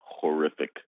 horrific